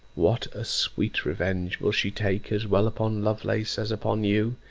what a sweet revenge will she take, as well upon lovelace as upon you,